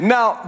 Now